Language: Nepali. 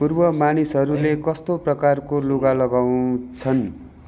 पूर्व मानिसहरूले कस्तो प्रकारको लुगा लगाउँछन्